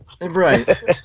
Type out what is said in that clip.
Right